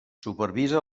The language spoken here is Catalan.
supervisa